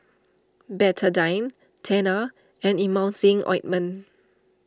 Betadine Tena and Emulsying Ointment